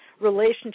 relationship